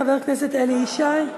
חבר הכנסת אלי ישי.